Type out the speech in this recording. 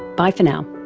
bye for now